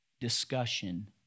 discussion